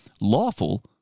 lawful